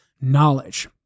knowledge